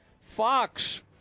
Fox